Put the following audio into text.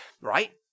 right